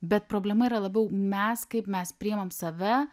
bet problema yra labiau mes kaip mes priimam save